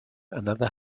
another